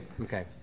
Okay